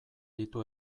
ditu